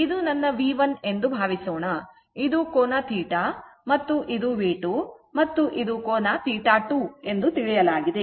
ಇದು ನನ್ನV1 ಎಂದು ಭಾವಿಸೋಣ ಇದು ಕೋನ θ ಇದು V2 ಮತ್ತು ಇದು ಕೋನ θ2 ಎಂದು ನೀಡಲಾಗಿದೆ